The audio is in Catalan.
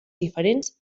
diferents